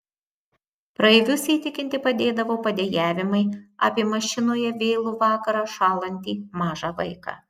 praeivius įtikinti padėdavo padejavimai apie mašinoje vėlų vakarą šąlantį mažą vaiką